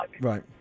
Right